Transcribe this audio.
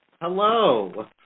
hello